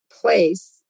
Place